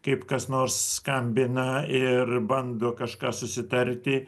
kaip kas nors skambina ir bando kažką susitarti